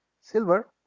silver